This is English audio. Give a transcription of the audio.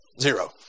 Zero